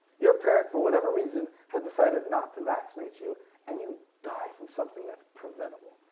your parent for whatever reason has decided not to vaccinate you and you die from something that's preventable.